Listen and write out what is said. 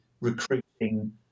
recruiting